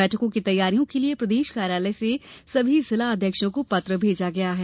बैठकों की तैयारियों के लिये प्रदेश कार्यालय से सभी जिला अध्यक्षों को पत्र भेजा गया है